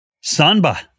Samba